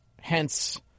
Hence